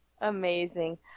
amazing